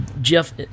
Jeff